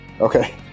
Okay